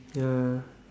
ya